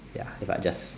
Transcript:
ya if I just